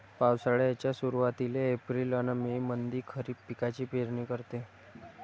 पावसाळ्याच्या सुरुवातीले एप्रिल अन मे मंधी खरीप पिकाची पेरनी करते